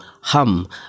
hum